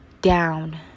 down